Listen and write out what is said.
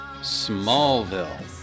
Smallville